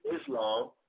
Islam